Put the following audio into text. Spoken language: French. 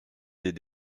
des